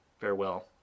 Farewell